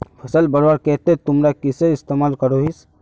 फसल बढ़वार केते तुमरा किसेर इस्तेमाल करोहिस?